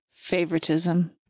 Favoritism